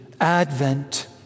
Advent